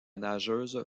nageuse